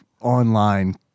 online